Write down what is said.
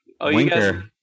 winker